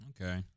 Okay